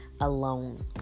alone